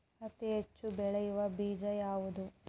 ಹತ್ತಿ ಹೆಚ್ಚ ಬೆಳೆಯುವ ಬೇಜ ಯಾವುದು?